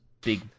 big